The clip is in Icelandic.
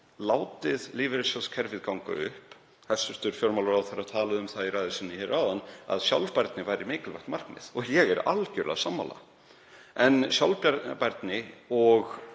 látið lífeyrissjóðakerfið ganga upp. Hæstv. fjármálaráðherra talaði um það í ræðu sinni áðan að sjálfbærni væri mikilvægt markmið og ég er algjörlega sammála því. En sjálfbærni og